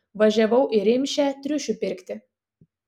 važiavau į rimšę triušių pirkti